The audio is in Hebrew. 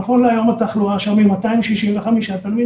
נכון להיום התחלואה שם היא 265 תלמידים,